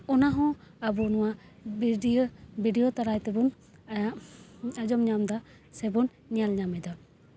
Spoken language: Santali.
ᱚᱱᱟ ᱦᱚᱸ ᱟᱵᱚ ᱱᱚᱣᱟ ᱵᱷᱤᱰᱤᱭᱳ ᱵᱷᱤᱰᱤᱭᱳ ᱛᱟᱞᱟ ᱛᱮᱵᱚᱱ ᱟᱸᱡᱚᱢ ᱧᱟᱢᱫᱟ ᱥᱮᱵᱚᱱ ᱧᱮᱞ ᱧᱟᱢᱫᱟ